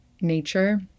nature